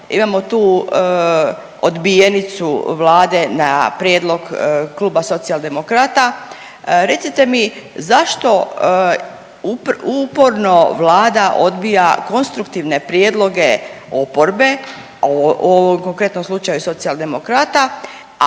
imamo tu odbijenicu Vlade na prijedlog Kluba Socijaldemokrata. Recite mi zašto uporno Vlada odbija konstruktivne prijedloge oporbe, a u ovom konkretnom slučaju Socijaldemokrata,